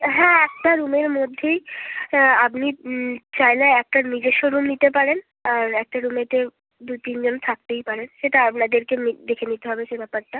হ্যাঁ একটা রুমের মধ্যেই আপনি চাইলে একটা নিজেস্ব রুম নিতে পারেন আর একটা রুমেতে দু তিনজন থাকতেই পারে সেটা আপনাদেরকে নি দেখে নিতে হবে সে ব্যাপারটা